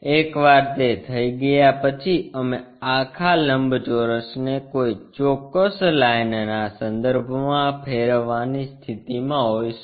એકવાર તે થઈ ગયા પછી અમે આખા લંબચોરસને કોઈ ચોક્કસ લાઇનના સંદર્ભમાં ફેરવવાની સ્થિતિમાં હોઈશું